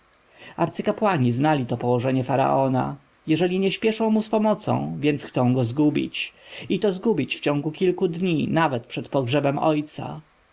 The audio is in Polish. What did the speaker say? arcykapłani znali to położenie faraona jeżeli nie śpieszą mu z pomocą więc chcą go zgubić i to zgubić w ciągu kilku dni nawet przed pogrzebem ojca